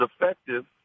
effective